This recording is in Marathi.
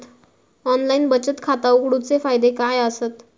ऑनलाइन बचत खाता उघडूचे फायदे काय आसत?